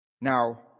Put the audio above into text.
Now